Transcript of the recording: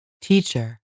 teacher